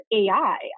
AI